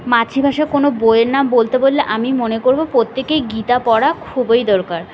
মাতৃভাষায় কোনো বইয়ের নাম বলতে বললে আমি মনে করবো প্রত্যেকেই গীতা পড়া খুবই দরকার